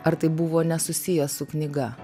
ar tai buvo nesusiję su knyga